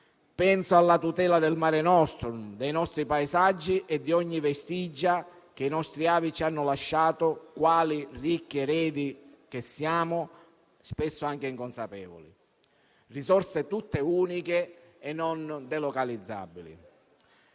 Penso alla tutela del *mare nostrum*, dei nostri paesaggi e di ogni vestigia che i nostri avi ci hanno lasciato, quali ricchi eredi che siamo, spesso anche inconsapevoli. Si tratta di risorse tutte uniche e non delocalizzabili.